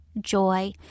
joy